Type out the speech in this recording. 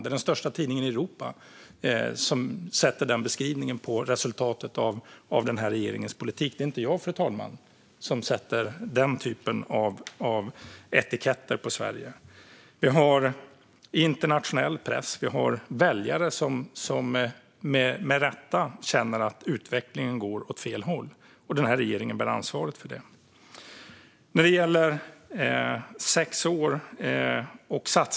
Det är den största tidningen i Europa som skriver så om resultatet av regeringens politik. Det är inte jag som sätter sådana etiketter på Sverige. Såväl internationell press som väljare känner - med rätta - att utvecklingen går åt fel håll, och regeringen bär ansvaret för det.